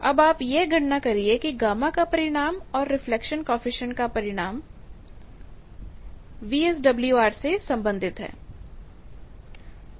अब आप यह गणना करिए के गामा का परिमाण और रिफ्लेक्शन कॉएफिशिएंट का परिमाण वीएसडब्ल्यूआर से संबंधित है